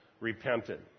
repented